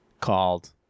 called